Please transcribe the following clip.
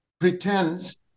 pretends